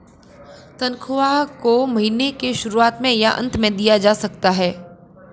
तन्ख्वाह को महीने के शुरुआत में या अन्त में दिया जा सकता है